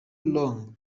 long